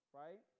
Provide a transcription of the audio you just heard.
right